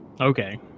Okay